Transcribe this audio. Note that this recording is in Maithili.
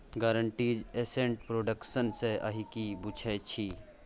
गारंटीड एसेट प्रोडक्शन सँ अहाँ कि बुझै छी